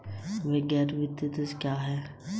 गैर वित्तीय सेवाएं क्या हैं?